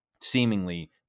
seemingly